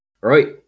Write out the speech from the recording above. Right